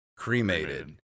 Cremated